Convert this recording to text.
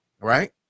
right